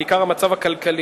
בעיקר המצב הכלכלי.